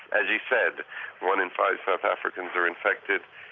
as you said one in five south africans are infected,